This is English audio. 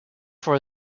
for